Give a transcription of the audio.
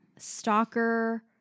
stalker